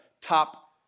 top